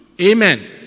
Amen